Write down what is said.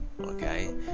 okay